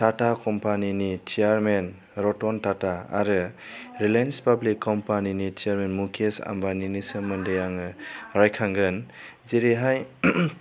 टाटा कम्पानीनि सियारमेन रतन टाटा आरो Reliance public कम्पानीनि सियारमेन मुकेश आम्बानीनि सोमोन्दै आङो रायखांगोन जेरैहाय